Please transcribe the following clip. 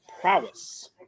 prowess